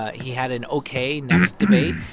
ah he had an ok next debate.